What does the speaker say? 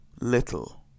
little